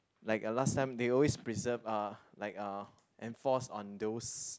like a last time they always preserve uh like uh enforce on those